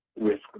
risk